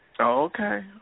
Okay